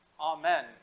Amen